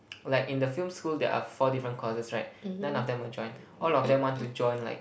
like in the film school there are four different courses right none of them will join all of them want to join like